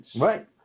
Right